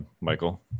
Michael